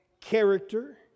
character